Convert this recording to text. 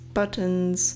buttons